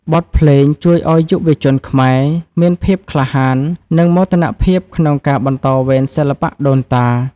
បទភ្លេងជួយឱ្យយុវជនខ្មែរ មានភាពក្លាហាន និងមោទនភាពក្នុងការបន្តវេនសិល្បៈដូនតា។